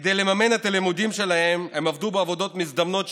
כדי לממן את הלימודים שלהם הם עבדו בעבודות מזדמנות,